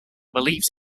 believed